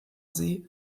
sie